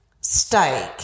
Steak